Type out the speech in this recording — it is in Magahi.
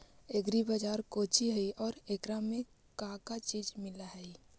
एग्री बाजार कोची हई और एकरा में का का चीज मिलै हई?